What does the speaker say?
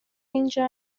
اینجا